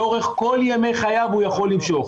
לאורך כל ימי חייו הוא יכול למשוך.